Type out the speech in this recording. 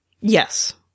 Yes